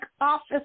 office